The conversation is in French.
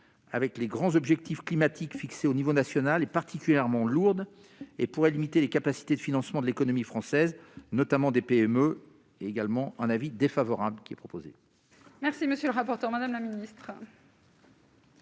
avec les grands objectifs climatiques fixés au niveau national et particulièrement lourde et pour limiter les capacités de financement de l'économie française, notamment des PME, également en avis défavorable qui est proposé. Merci, monsieur le rapporteur, Madame la ministre.